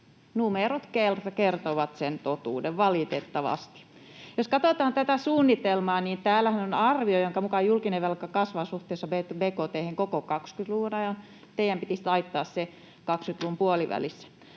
Numerot kertovat sen totuuden, valitettavasti. Jos katsotaan tätä suunnitelmaa, niin täällähän on arvio, jonka mukaan julkinen velka kasvaa suhteessa bkt:hen koko 20-luvun ajan. Teidän pitäisi taittaa se 20-luvun puolivälissä.